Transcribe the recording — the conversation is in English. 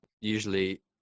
usually